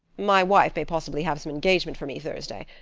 my wife may possibly have some engagement for me thursday.